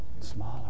smaller